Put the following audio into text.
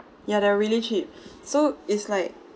yeah they're really cheap so it's like